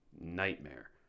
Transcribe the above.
nightmare